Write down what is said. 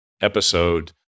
episode